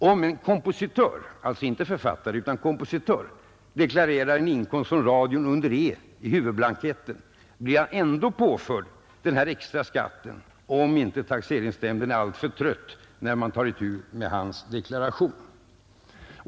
Om en kompositör — alltså inte författare — deklarerar en inkomst från radion under E i huvudblanketten blir han ändå påförd denna extra skatt, om inte taxeringsnämnden är alltför trött när den tar itu med hans deklaration.